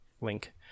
link